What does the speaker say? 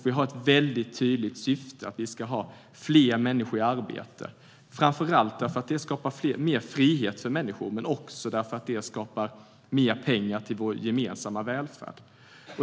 Vi har ett väldigt tydligt syfte, nämligen att vi ska ha fler människor i arbete, framför allt för att det skapar mer frihet för människor men också för att det skapar mer pengar till vår gemensamma välfärd.